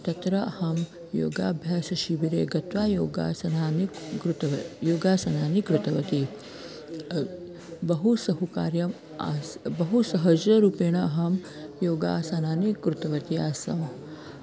तत्र अहं योगाभ्यासशिबिरे गत्वा योगासनानि कृत्वा योगासनानि कृतवती बहु सुकार्यम् आस् बहु सहजरूपेण अहं योगासनानि कृतवती आसम्